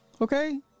Okay